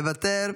מוותר,